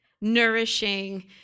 nourishing